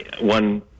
one